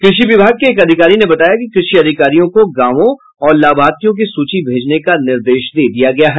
कृषि विभाग के एक अधिकारी ने बताया कि कृषि अधिकारियों को गांवों और लाभार्थियों की सूची भेजने का निर्देश दे दिया गया है